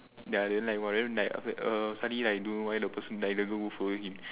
ya then like !wah! then like after that err suddenly like don't know why the person die the girl move over him